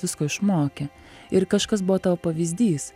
visko išmokė ir kažkas buvo tavo pavyzdys